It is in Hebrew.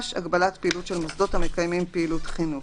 פעילות של מוסדות המקיימים פעילות חינוך),